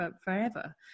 forever